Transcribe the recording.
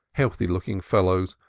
healthy-looking fellows,